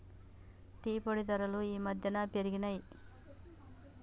tea పొడి ధరలు ఈ మధ్యన పెరిగినయ్